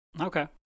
Okay